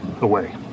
away